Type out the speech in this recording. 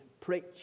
preach